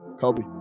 Kobe